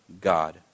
God